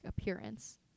appearance